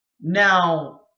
Now